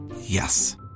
Yes